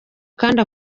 kandi